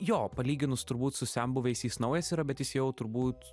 jo palyginus turbūt su senbuviais jis naujas yra bet jis jau turbūt